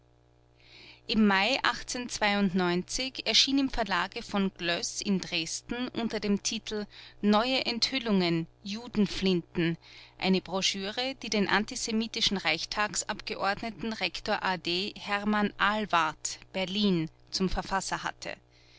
im mai erschien im verlage von glöss in dresden unter dem titel neue enthüllungen judenflinten eine broschüre die den antisemitischen reichstagsabgeordneten rektor a d hermann ahlwardt berlin zum verfasser hatte